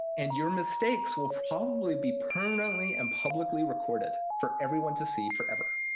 and your mistakes will probably be permanently and publicly recorded for everyone to see forever.